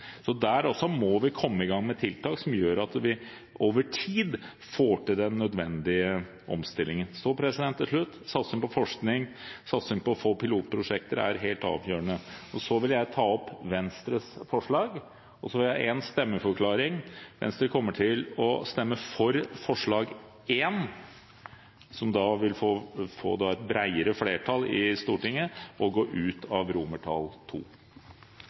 Der også må vi komme i gang med tiltak som gjør at vi over tid får til den nødvendige omstillingen. Til slutt: Satsing på forskning og pilotprosjekter er helt avgjørende. Jeg vil komme med en stemmeforklaring: Venstre kommer til å stemme for forslag nr. 1, som da vil få et bredere flertall i Stortinget, og